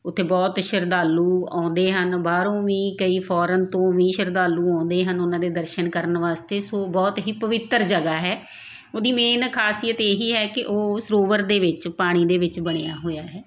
ਉੱਥੇ ਬਹੁਤ ਸ਼ਰਧਾਲੂ ਆਉਂਦੇ ਹਨ ਬਾਹਰੋਂ ਵੀ ਕਈ ਫੋਰਨ ਤੋਂ ਵੀ ਸ਼ਰਧਾਲੂ ਆਉਂਦੇ ਹਨ ਉਹਨਾਂ ਦੇ ਦਰਸ਼ਨ ਕਰਨ ਵਾਸਤੇ ਸੋ ਬਹੁਤ ਹੀ ਪਵਿੱਤਰ ਜਗ੍ਹਾ ਹੈ ਉਹਦੀ ਮੇਨ ਖਾਸੀਅਤ ਇਹ ਹੀ ਹੈ ਕਿ ਉਹ ਸਰੋਵਰ ਦੇ ਵਿੱਚ ਪਾਣੀ ਦੇ ਵਿੱਚ ਬਣਿਆ ਹੋਇਆ ਹੈ